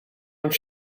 ond